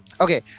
Okay